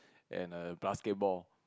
and err basketball